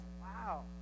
wow